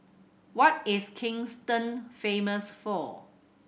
what is Kingston famous for